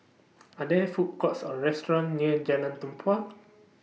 Are There Food Courts Or restaurants near Jalan Tempua